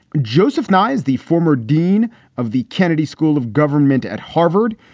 joseph nye is the former dean of the kennedy school of government at harvard.